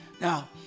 Now